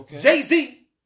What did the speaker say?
Jay-Z